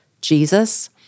Jesus